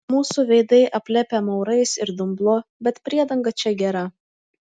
mūsų veidai aplipę maurais ir dumblu bet priedanga čia gera